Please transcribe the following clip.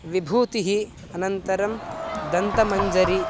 विभूतिः अनन्तरं दन्तमञ्जरी